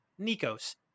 Nikos